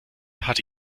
hatte